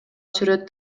сүрөт